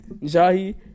Jahi